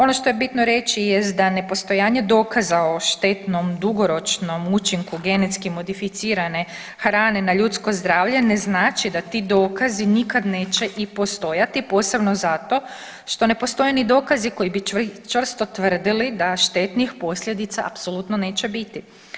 Ono što je bitno reći jest da ne postojanje dokaza o štetnom dugoročnom učinku genetski modificirane hrane na ljudsko zdravlje ne znači da ti dokazi nikad neće i postojati posebno zato što ne postoje ni dokazi koji bi čvrsto tvrdili da štetnih posljedica apsolutno neće biti.